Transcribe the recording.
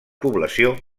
població